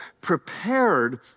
prepared